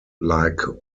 like